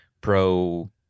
pro